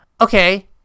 Okay